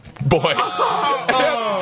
boy